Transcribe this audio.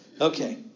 Okay